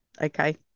okay